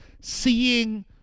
seeing